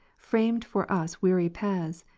framed for us weary paths,